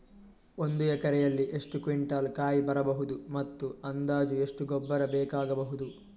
ಒಂದು ಎಕರೆಯಲ್ಲಿ ಎಷ್ಟು ಕ್ವಿಂಟಾಲ್ ಕಾಯಿ ಬರಬಹುದು ಮತ್ತು ಅಂದಾಜು ಎಷ್ಟು ಗೊಬ್ಬರ ಬೇಕಾಗಬಹುದು?